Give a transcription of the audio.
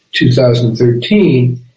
2013